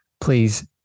please